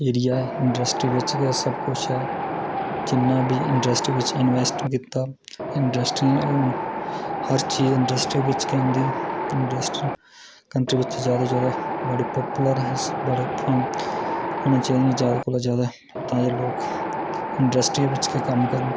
area ऐ industry बिच गै सब कुछ ऐ जिन्ना बी इंडस्ट्री बिच इंवेस्ट कीता इंडस्ट्री ओह् हर चीज़ इंडस्ट्री बिच गै होंदी कंट्री बिच जादै कोला जादै पॉपुलर आं अस बड़े जादे उनेंगी चाहिदे जादै कोला जादै ताज़े लोग इंडस्ट्री बिच गै कम्म करन